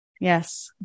Yes